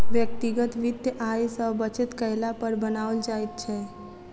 व्यक्तिगत वित्त आय सॅ बचत कयला पर बनाओल जाइत छै